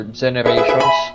generations